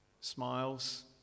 smiles